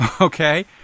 okay